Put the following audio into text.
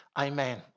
Amen